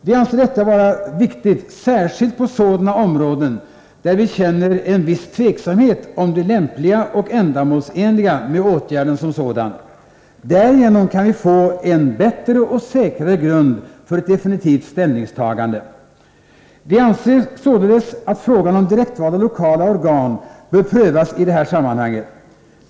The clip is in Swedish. Vi anser detta vara viktigt särskilt på sådana områden där vi känner en viss tveksamhet om det lämpliga och ändamålsenliga med åtgärden som sådan. Därigenom kan vi få en bättre och säkrare grund för definitiva ställningstaganden. Vi anser således att frågan om direktvalda lokala organ bör prövas i det här sammanhanget.